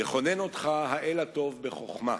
יחונן אותך האל הטוב בחוכמה,